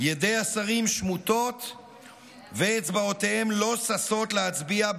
והערומים, ועומד בסכנת נפשות.